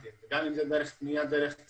לקחנו לנגד עינינו גם את אפשרות מיצוי הזכויות מול